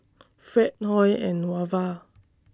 Fred Hoy and Wava